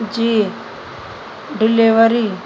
जी delivery